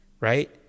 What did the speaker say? right